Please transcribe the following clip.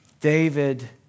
David